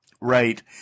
Right